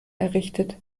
errichtet